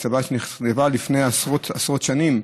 היא צוואה שנכתבה לפני עשרות עשרות שנים,